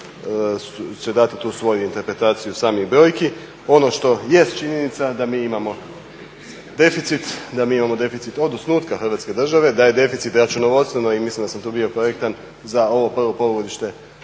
će dati tu svoju interpretaciju samih brojki. Ono što jest činjenica da mi imamo deficit, da mi imamo deficit od osnutka Hrvatske države. Da je deficit računovodstveno i mislim da sam tu bio korektan za ovo prvo polugodište